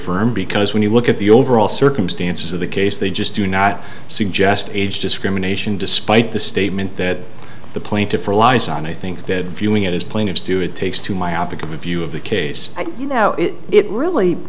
affirmed because when you look at the overall circumstances of the case they just do not suggest age discrimination despite the statement that the plaintiffs are allies and i think that viewing it as plaintiffs do it takes too myopic a view of the case you know it really